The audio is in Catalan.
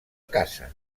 caça